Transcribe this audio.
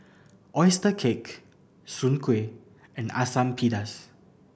oyster cake Soon Kueh and Asam Pedas